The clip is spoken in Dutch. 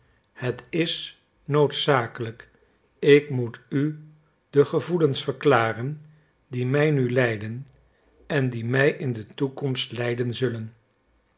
het is noodzakelijk ik moet u de gevoelens verklaren die mij nu leiden en die mij in de toekomst leiden zullen